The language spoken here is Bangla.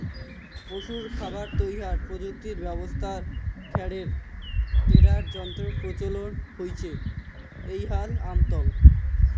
পশুর খাবার তৈয়ার প্রযুক্তি ব্যবস্থাত খ্যার টেডার যন্ত্রর প্রচলন হইচে এ্যাই হাল আমলত